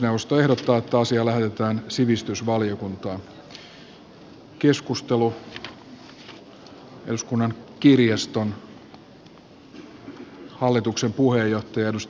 puhemiesneuvosto ehdottaa että asia lähetetään sivistysvaliokuntaan